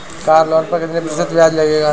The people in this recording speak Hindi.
कार लोन पर कितने प्रतिशत ब्याज लगेगा?